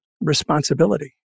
responsibility